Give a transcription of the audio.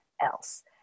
else